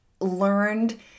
learned